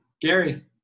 Gary